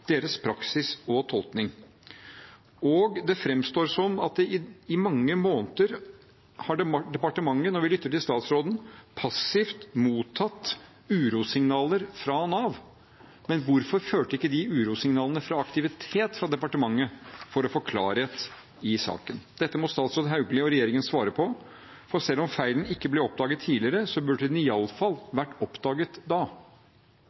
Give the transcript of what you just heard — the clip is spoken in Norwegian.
deres praksis og tolkning. Når vi lytter til statsråden, framstår det som om departementet i mange måneder passivt har mottatt urosignaler fra Nav, men hvorfor førte ikke de urosignalene til aktivitet fra departementet for å få klarhet i saken? Dette må statsråd Hauglie og regjeringen svare på, for selv om feilen ikke ble oppdaget tidligere, burde den iallfall vært oppdaget da.